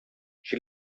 she